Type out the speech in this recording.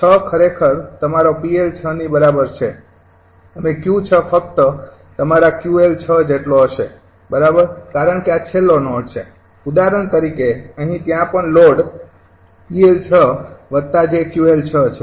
૬ ખરેખર તમારો ૬ ની બરાબર છે અને ૬ ફક્ત તમારા ૬ જેટલો હશે બરાબર કારણ કે આ છેલ્લો નોડ છે ઉદાહરણ તરીકે અહીં ત્યાં પણ લોડ 𝑃𝐿૬𝑗𝑄𝐿૬ છે